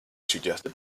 suggested